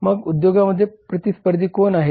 मग उद्योगाचे प्रतिस्पर्धी कोण आहेत